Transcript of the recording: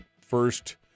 first